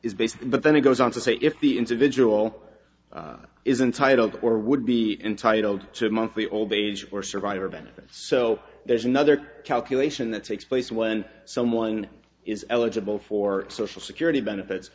based but then it goes on to say if the individual isn't titled or would be entitled to monthly old age or survivor benefits so there's another calculation that takes place when someone is eligible for social security benefits